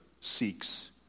seeks